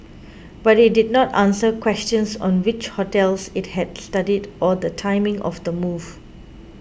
but it did not answer questions on which hotels it had studied or the timing of the move